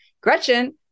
Gretchen